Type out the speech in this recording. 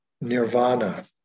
nirvana